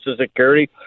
Security